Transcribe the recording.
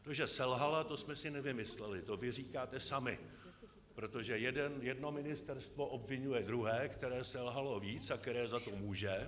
To, že selhala, jsme si nevymysleli, to říkáte sami, protože jedno ministerstvo obviňuje druhé, které selhalo víc a které za to může.